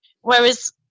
whereas